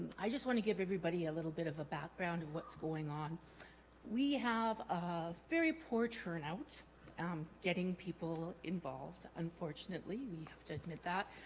i just want to give everybody a little bit of a background and what's going on we have a very poor turnout um getting people involved unfortunately we have to admit that